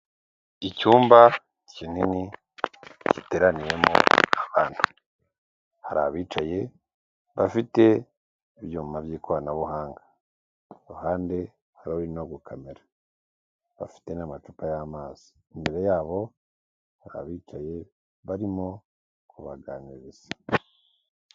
Icyumba kinini giteraniyemo abantu, hari abicaye, bafite ibyuma by'ikoranabuhanga. Ku ruhande hari uri no gukamera, bafite n'amacupa y'amazi. Imbere yabo hari abicaye barimo kubaganiriza.